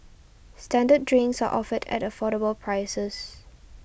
standard drinks are offered at affordable prices